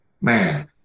man